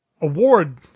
award